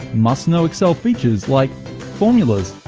must know excel features like formulas,